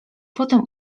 potem